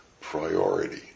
priority